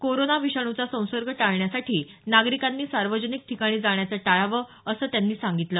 corona विषाणूचा संसर्ग टाळण्यासाठी नागरिकांनी सार्वजनिक ठिकाणी जाण्याचं टाळावं असं ते म्हणाले